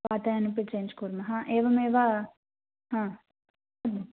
वातायनमपि change कुर्मः एवमेव हा